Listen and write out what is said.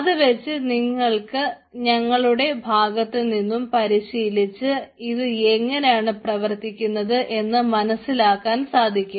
അത് വെച്ച് നിങ്ങൾക്ക് നിങ്ങളുടെ ഭാഗത്തുനിന്നും പരിശീലിച്ച് ഇത് എങ്ങനെയാണ് പ്രവർത്തിക്കുന്നത് എന്ന് മനസ്സിലാക്കാൻ സാധിക്കും